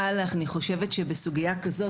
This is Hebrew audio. אבל אני חושבת שבסוגיה כזאת,